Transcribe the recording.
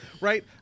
right